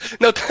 No